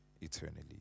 eternally